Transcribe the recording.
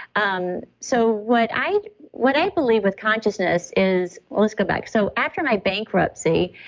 um so, what i what i believe with consciousness is. let's go back. so after my bankruptcy,